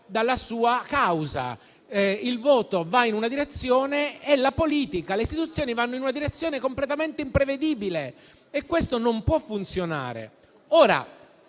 dalla sua causa: il voto va in una direzione e la politica e le istituzioni vanno in una direzione completamente imprevedibile. Questo non può funzionare.